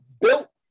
built